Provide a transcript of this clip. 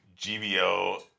GBO